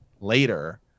later